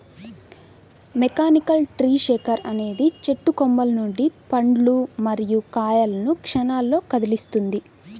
mechanical tree shaker అనేది చెట్టు కొమ్మల నుండి పండ్లు మరియు కాయలను క్షణాల్లో కదిలిస్తుంది